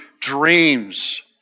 dreams